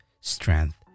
strength